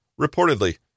Reportedly